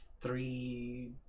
three